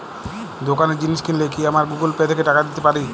দোকানে জিনিস কিনলে কি আমার গুগল পে থেকে টাকা দিতে পারি?